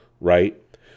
right